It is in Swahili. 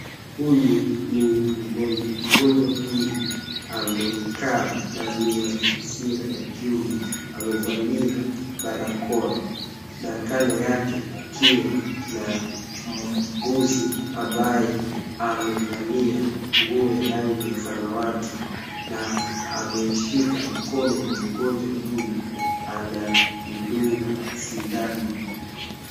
Huyu ni mgonjwa. Mgonjwa huyu amekaa na ni wa jinsia ya kiume. Amevalia barakoa na kando yake kukiwa na muuguzi ambaye amevalia nguo ya rangi ya samawati na ameushika mkono wa mgonjwa huyu anamdunga sindano.